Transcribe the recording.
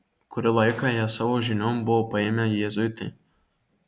kurį laiką ją savo žinion buvo paėmę jėzuitai